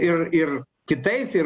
ir ir kitais ir